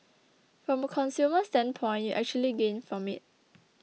from a consumer standpoint you actually gain from it